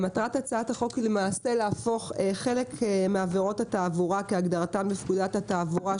מטרת הצעת החוק היא להפוך חלק מעבירות התעבורה כהגדרתן בפקודת התעבורה,